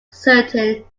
certain